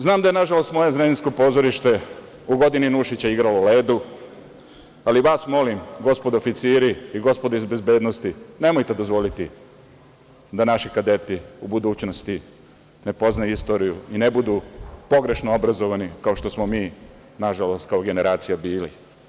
Znam da je, nažalost, moje zrenjaninsko pozorište u godini Nušića igralo „Ledu“, ali vas molim, gospodo oficiri i gospodo iz bezbednosti, nemojte dozvoliti da naši kadeti u budućnosti ne poznaju istoriju i ne budu pogrešno obrazovani, kao što smo mi, nažalost, kao generacija bili.